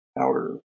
outer